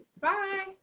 Bye